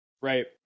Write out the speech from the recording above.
right